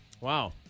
Wow